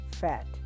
fat